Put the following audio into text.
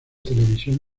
televisión